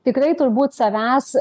tikrai turbūt savęs